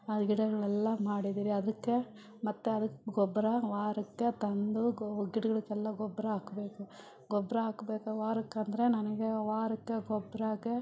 ಆ ಗಿಡಗಳೆಲ್ಲ ಮಾಡಿದ್ದೀವ್ರಿ ಅದಕ್ಕೆ ಮತ್ತದಕ್ಕೆ ಗೊಬ್ಬರ ವಾರಕ್ಕೆ ತಂದು ಗೊ ಗಿಡಗಳಿಗೆಲ್ಲ ಗೊಬ್ಬರ ಹಾಕ್ಬೇಕು ಗೊಬ್ಬರ ಹಾಕ್ಬೇಕು ವಾರಕ್ಕಂದ್ರೆ ನನಗೆ ವಾರಕ್ಕೆ ಗೊಬ್ರಕ್ಕೆ